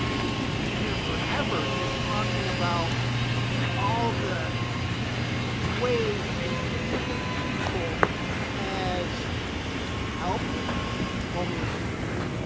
we could be here forever just talking about all the ways invisible people has helped homeless people,